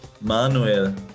Manuel